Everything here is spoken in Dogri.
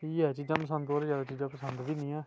इयै चीजां पसंद होर ज्यादा चीजां पसंद बी नी ऐ